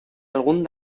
algun